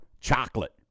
chocolate